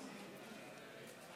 התש"ף 2020,